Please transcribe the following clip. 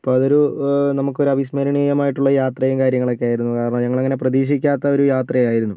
അപ്പോൾ അതൊരു നമുക്ക് ഒരു അവിസ്മരണീയമായിട്ടുള്ള യാത്രയും കാര്യങ്ങളൊക്കെ ആയിരുന്നു കാരണം ഞങ്ങൾ അങ്ങനെ പ്രതീക്ഷിക്കാത്ത ഒരു യാത്രയായിരുന്നു